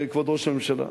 כבוד ראש הממשלה.